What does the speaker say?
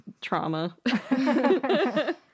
trauma